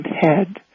head